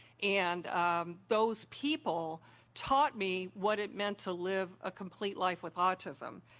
and those people taught me what it meant to live a complete life with autism.